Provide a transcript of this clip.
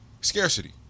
Scarcity